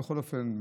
בכל אופן,